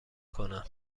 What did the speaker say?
کنند